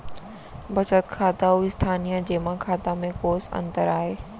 बचत खाता अऊ स्थानीय जेमा खाता में कोस अंतर आय?